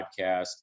podcast